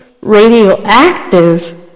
radioactive